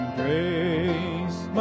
grace